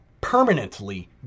permanently